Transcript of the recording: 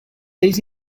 ells